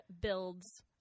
builds